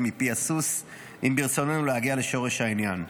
מפי הסוס אם ברצוננו להגיע לשורש העניין.